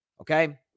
Okay